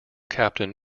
captain